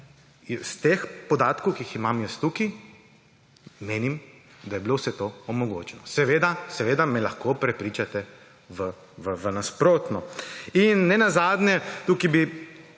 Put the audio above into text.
Iz teh podatkov, ki jih imam tukaj, menim, da je bilo vse to omogočeno, seveda me lahko prepričate o nasprotnem. In nenazadnje, tukaj bi